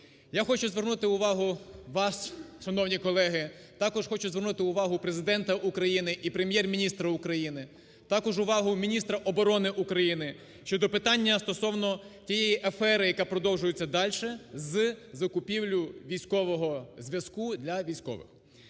Я хочу звернути увагу вас, шановні колеги, також хочу звернути увагу Президента України і Прем'єр-міністра України, також увагу міністра оборони України щодо питання стосовно тієї афери, яка продовжується дальше із закупівлею військового зв'язку для військових,